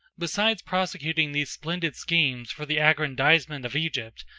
besides prosecuting these splendid schemes for the aggrandizement of egypt,